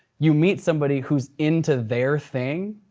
you meet somebody who's into their thing,